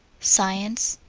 science.